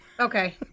Okay